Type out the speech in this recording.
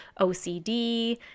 OCD